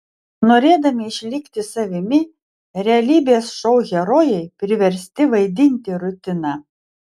norėdami išlikti savimi realybės šou herojai priversti vaidinti rutiną